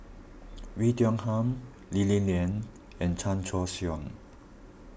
Oei Tiong Ham Lee Li Lian and Chan Choy Siong